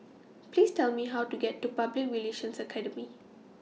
Please Tell Me How to get to Public Relations Academy